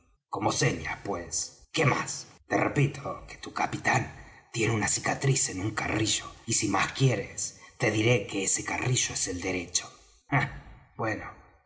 como señas pues qué más te repito que tu capitán tiene una cicatriz en un carrillo y si más quieres te diré que ese carrillo es el derecho ah bueno